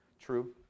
True